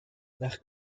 nach